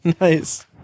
Nice